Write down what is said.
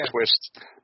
twist